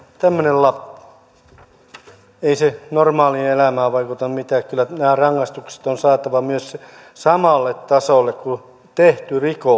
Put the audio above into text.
tämmöinen lappu ei se normaaliin elämään vaikuta mitään kyllä nämä rangaistukset on saatava samalle tasolle kuin millä tehty rikos